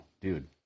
dude